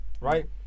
right